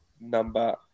number